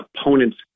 opponent's